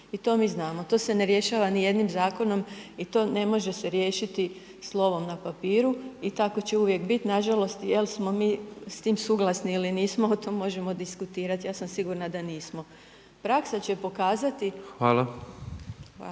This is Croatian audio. i to mi znamo. To se ne rješava ni jednim zakonom i to ne može se riješiti slovom na papiru i tako će uvijek biti. Nažalost jel' smo mi s tim suglasni ili nismo o tome može diskutirati. Ja sam sigurna da nismo. Praksa će pokazati …